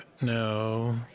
No